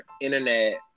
internet